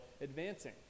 advancing